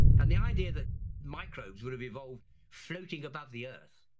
and the idea that microbes would have evolved floating above the earth,